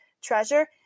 treasure